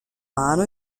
mano